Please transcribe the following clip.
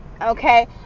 okay